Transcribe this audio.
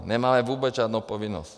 Nemáme vůbec žádnou povinnost.